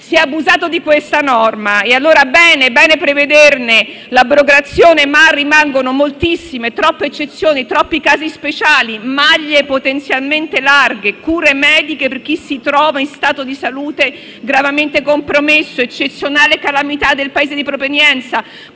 Si è abusato di questa norma, e allora è bene prevederne l'abrogazione. Ma rimangono moltissime, troppe eccezioni, troppi casi speciali, maglie potenzialmente larghe; cure mediche per chi si trova in stato di salute gravemente compromesso; eccezionale calamità del Paese di provenienza;